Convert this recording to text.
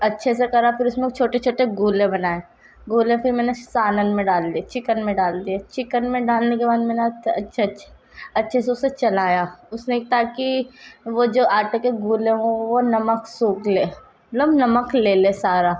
اچھے سے کرا پھر اس میں چھوٹے چھوٹے گولے بنائے گولہ پھر میں نے سالن میں ڈال دی چکن میں ڈال دیے چکن میں ڈالنے کے بعد میں نے اچھے سے اسے چلایا اس میں تا کہ وہ جو آٹا کے گولے وہ نمک سوک لے نم نمک لے لے سارا